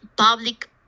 public